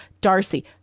Darcy